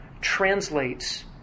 translates